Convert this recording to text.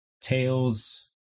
Tales